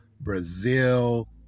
brazil